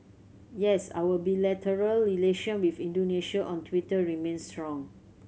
yes our bilateral relation with Indonesia on Twitter remains strong